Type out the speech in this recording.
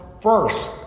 first